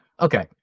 Okay